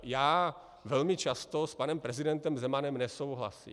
Já velmi často s panem prezidentem Zemanem nesouhlasím.